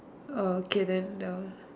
oh okay then uh